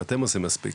אם אתם עושים מספיק?